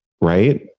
right